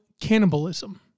cannibalism